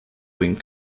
wing